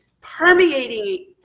permeating